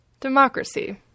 democracy